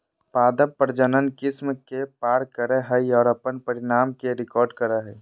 पादप प्रजनन किस्म के पार करेय हइ और अपन परिणाम के रिकॉर्ड करेय हइ